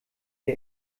der